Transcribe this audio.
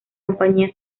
compañía